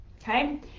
okay